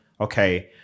okay